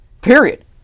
period